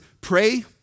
pray